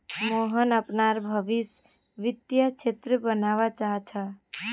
मोहन अपनार भवीस वित्तीय क्षेत्रत बनवा चाह छ